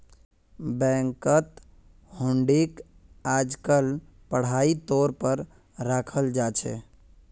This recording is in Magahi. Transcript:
बैंकत हुंडीक आजकल पढ़ाई तौर पर रखाल जा छे